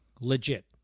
legit